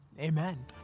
Amen